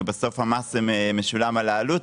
כי בסוף המס משולם על העלות,